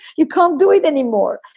you can't do it anymore.